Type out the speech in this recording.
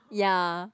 ya